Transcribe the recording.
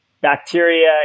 bacteria